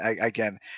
again